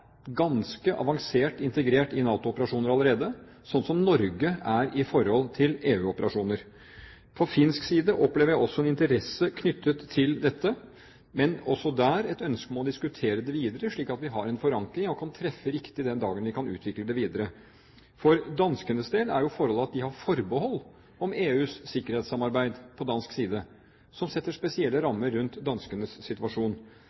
ganske avansert integrert i NATO-operasjoner allerede, slik Norge er i EU-operasjoner. På finsk side opplever jeg også en interesse knyttet til dette, men også der et ønske om å diskutere det videre, slik at vi har en forankring og kan treffe riktig den dagen vi kan utvikle det videre. For danskenes del er forholdet at de har forbehold om EUs sikkerhetssamarbeid på dansk side, noe som setter spesielle rammer rundt danskenes situasjon.